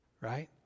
Right